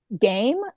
game